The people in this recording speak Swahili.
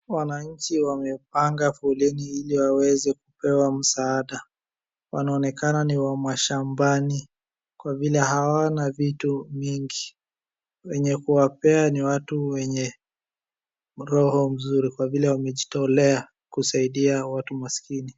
Wannachi wamepanga foleni ili waweze kupewa msaada. Wanaonekana ni wa mashabani kwa vile hawana vitu mingi. Wenye kuwapea ni watu wenye roho mzuri kwa vile wamejitolea kusaidia watu maskini.